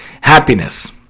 happiness